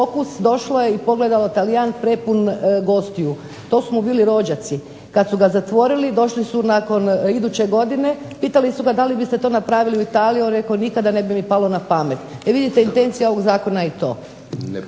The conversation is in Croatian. pokus, došlo je i pogledalo Talijan prepun gostiju. To su mu bili rođaci. Kad su ga zatvorili došli su iduće godine, pitali su ga da li biste to napravili u Italiji, on je rekao nikada, ne bi mi palo na pamet. E vidite, intencija ovog zakona je i to.